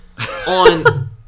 on